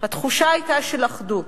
התחושה היתה של אחדות.